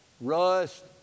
rust